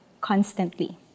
constantly